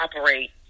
operate